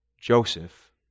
Joseph